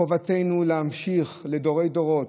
חובתנו להמשיך לדורי דורות,